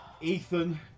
Ethan